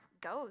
goes